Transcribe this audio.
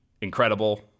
Incredible